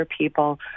people